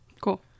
Cool